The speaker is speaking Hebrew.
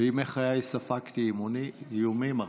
בימי חיי ספגתי איומים הרבה.